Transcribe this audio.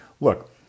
look